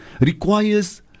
requires